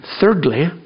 Thirdly